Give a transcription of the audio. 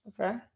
Okay